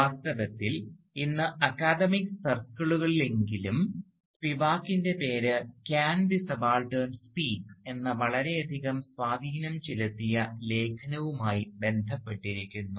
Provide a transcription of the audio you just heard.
വാസ്തവത്തിൽ ഇന്ന് അക്കാദമിക് സർക്കിളുകളിലെങ്കിലും സ്പിവാക്കിൻറെ Spivaks പേര് "can the subaltern speak" Can the Subaltern Speak" എന്ന വളരെയധികം സ്വാധീനം ചെലുത്തിയ ലേഖനവുമായി ബന്ധപ്പെട്ടിരിക്കുന്നു